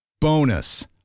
Bonus